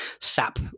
sap